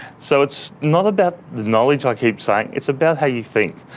so it's not about the knowledge, i keep saying, it's about how you think.